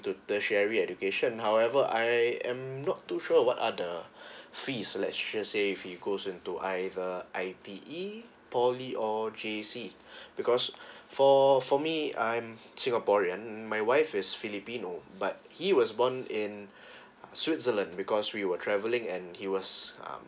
to tertiary education however I am not too sure what are the fee selection if let's say he goes into either I_T_E poly or J_C because for for me I'm singaporean my wife is filipino but he was born in switzerland because we were travelling and he was um